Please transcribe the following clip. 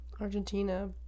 Argentina